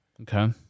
okay